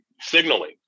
signaling